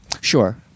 sure